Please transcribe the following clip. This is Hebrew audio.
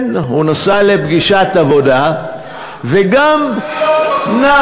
כן, הוא נסע לפגישת עבודה וגם נח.